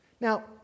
Now